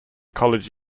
college